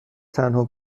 تنها